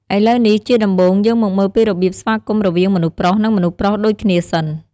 ឥឡូវនេះ ជាដំបូង យើងមកមើលពីរបៀបស្វាគមន៍រវាងមនុស្សប្រុស និង មនុស្សប្រុសដូចគ្នាសិន។